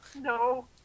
No